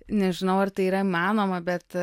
nežinau ar tai yra įmanoma bet